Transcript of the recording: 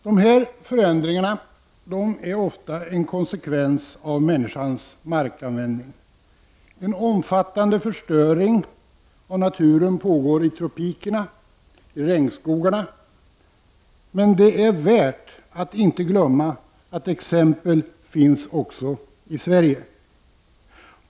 De här förändringarna är ofta en konsekvens av människans markanvändning. En omfattande förstöring av naturen pågår i tropikerna, i regnskogarna, men det är värt att inte glömma att exempel finns också i Sverige.